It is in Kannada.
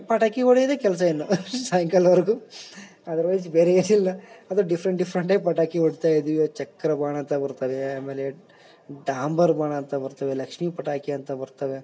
ಪಟಾಕಿ ಹೊಡಿಯೋದೆ ಕೆಲಸ ಇನ್ನು ಸಾಯಂಕಾಲವರೆಗೂ ಅದರವೈಸ್ ಬೇರೆ ಏನು ಇಲ್ಲ ಅದೂ ಡಿಫ್ರಂಟ್ ಡಿಫ್ರಂಟಾಗ್ ಪಟಾಕಿ ಹೊಡಿತಾ ಇದ್ವಿ ಚಕ್ರ ಬಾಣ ಅಂತ ಬರ್ತವೆ ಆಮೇಲೆ ಡಾಂಬರು ಬಾಣ ಅಂತ ಬರ್ತವೆ ಲಕ್ಷ್ಮೀ ಪಟಾಕಿ ಅಂತ ಬರ್ತವೆ